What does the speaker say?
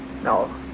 No